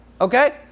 okay